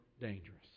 dangerous